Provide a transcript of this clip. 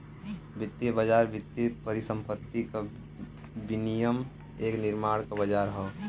वित्तीय बाज़ार वित्तीय परिसंपत्ति क विनियम एवं निर्माण क बाज़ार हौ